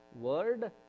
word